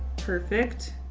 perfect.